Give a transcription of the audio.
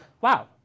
wow